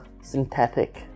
synthetic